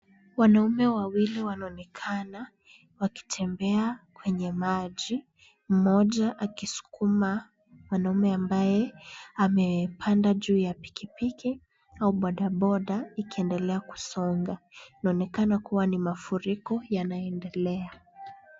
Wanaume wawili wanaonekana wakitembea kwenye maji, mmoja akiskuma mwanaume ambaye amepanda juu ya pikipiki au bodaboda ikiendelea kusonga. Inaonekana kuwa ni mafuriko yanaendelea.